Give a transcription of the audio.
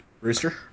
rooster